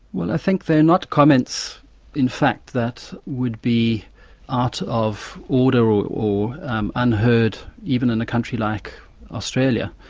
well i think they're not comments in fact that would be out of order or or um unheard even in a country like australia.